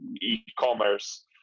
e-commerce